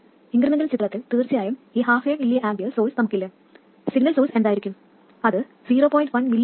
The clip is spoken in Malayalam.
ഇൻക്രിമെന്റൽ ചിത്രത്തിൽ തീർച്ചയായും ഈ ഹാഫ് എ mA സോഴ്സ് നമ്മൾക്കില്ല സിഗ്നൽ സോഴ്സ് എന്തായിരിക്കും അത് 0